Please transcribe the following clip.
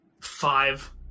Five